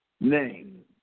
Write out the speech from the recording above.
name